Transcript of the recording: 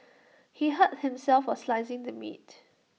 he hurt himself while slicing the meat